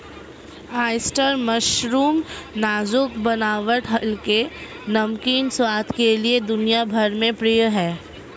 oyster mushroom नाजुक बनावट हल्के, नमकीन स्वाद के लिए दुनिया भर में प्रिय है